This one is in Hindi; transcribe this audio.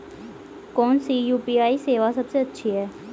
कौन सी यू.पी.आई सेवा सबसे अच्छी है?